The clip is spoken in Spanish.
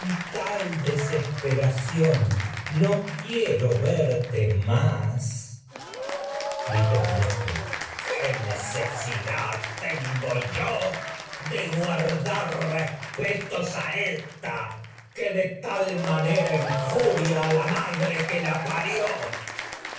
tal desesperación no clitemnestra quiero verte más qué necesidad tengo yo de guartragedias de sófocles dar dre respetos a ésta que que de tal manera injuria a la ma la parió